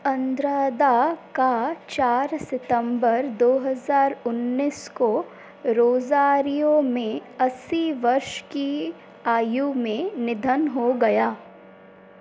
Andrada का चार सितम्बर दो हज़ार उन्नीस को रोज़ारियो में अस्सी वर्ष की आयु में निधन हो गया